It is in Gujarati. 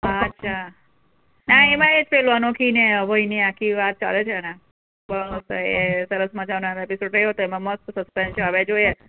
અચ્છા ના એમાં એ જ પેલો અનોખી ને અભયની આખી વાત ચાલે છે ને બસ તો એ સરસ મજાનો એનો એપિસોડ રહ્યો હતો એમાં મસ્ત સસ્પેન્સ છે હવે જોઈએ